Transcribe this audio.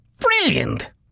Brilliant